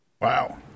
Wow